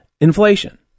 inflation